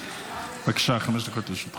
בבקשה, חמש דקות לרשותך.